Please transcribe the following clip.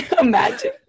imagine